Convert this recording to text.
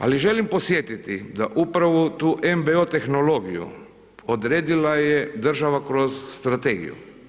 Ali, želim podsjetiti, da upravo tu MBO tehnologiju, odredila je država kroz strategiju.